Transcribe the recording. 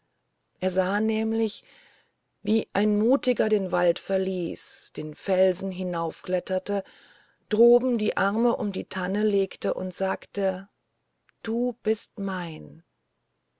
er sah nämlich wie ein mutiger den wald verließ den felsen hinaufkletterte droben die arme um die tanne legte und sagte du bist mein